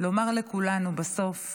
לומר לכולנו: בסוף